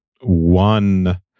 one